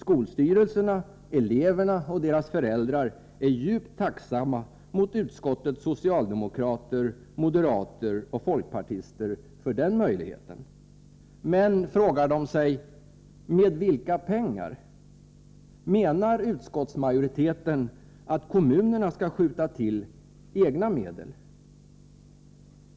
Skolstyrelserna, eleverna och deras föräldrar är djupt tacksamma mot utskottets socialdemokrater, moderater och folkpartister för den möjligheten. Men, frågar de sig, med vilka pengar? Menar utskottsmajoriteten att kommunerna skall skjuta till egna medel?